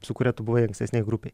su kuria tu buvai ankstesnėj grupėj